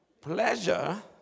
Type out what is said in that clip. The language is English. Pleasure